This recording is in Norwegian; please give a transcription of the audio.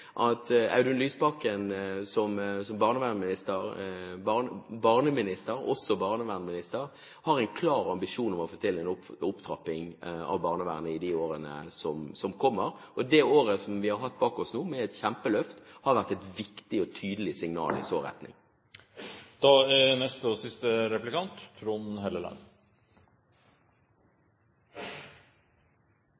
at Audun Lysbakken som barneminister – også barnevernminister – har en klar ambisjon om å få til en opptrapping av barnevernet i de årene som kommer, og det året vi har bak oss nå, med et kjempeløft, har vært et viktig og tydelig signal i den retning. Representanten Holmås var jo gjennom det meste av Europa og